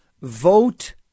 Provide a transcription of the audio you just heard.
vote